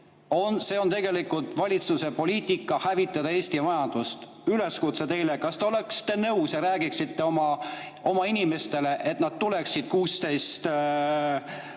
See on tegelikult valitsuse poliitika – hävitada Eesti majandust. Üleskutse teile: kas te oleksite nõus ja räägiksite oma inimestele, et nad tuleksid